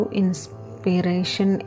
inspiration